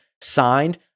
signed